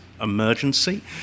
emergency